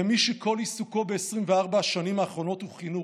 כמי שכל עיסוקו ב-24 השנים האחרונות הוא חינוך,